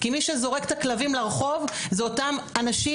כי מי שזורק את הכלבים לרחוב זה אותם אנשים